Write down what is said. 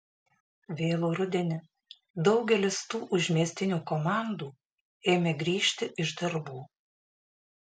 vėlų rudenį daugelis tų užmiestinių komandų ėmė grįžti iš darbų